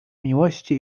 miłości